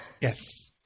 Yes